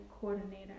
coordinator